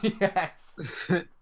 Yes